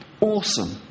awesome